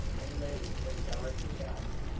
and leave when dorothy does!